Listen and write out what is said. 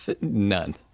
None